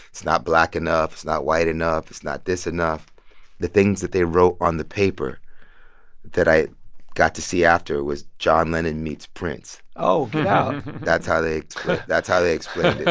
it's not black enough, it's not white enough, it's not this enough the things that they wrote on the paper that i got to see after it was john lennon meets prince oh, get out that's how they that's how they explained yeah